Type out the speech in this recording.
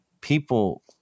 people